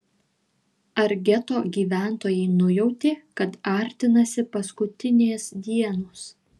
ar geto gyventojai nujautė kad artinasi paskutinės dienos